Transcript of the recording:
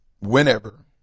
whenever